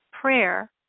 prayer